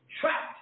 trapped